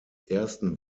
ersten